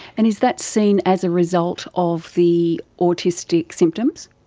and is that seen as a result of the autistic symptoms?